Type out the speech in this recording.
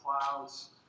clouds